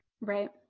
Right